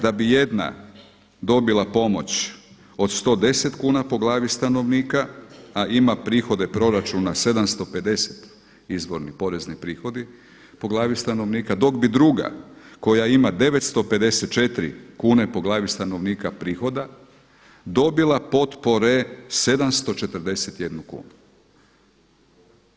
Da bi jedna dobila pomoć od 110 kuna po glavi stanovnika, a ima prihode proračuna 750 izvorni porezni prihodi po glavi stanovnika dok bi druga koja ima 954 kune po glavi stanovnika prihoda dobila potpore 741 kunu.